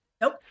nope